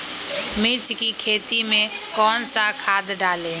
मिर्च की खेती में कौन सा खाद डालें?